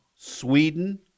Sweden